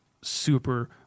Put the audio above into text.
super